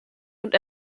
und